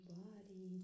body